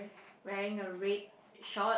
wearing a red short